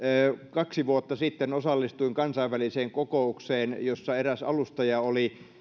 kaksi vuotta sitten osallistuin kansainväliseen kokoukseen jossa eräs alustaja oli